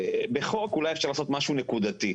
בחוק אולי אפשר לעשות משהו נקודתי,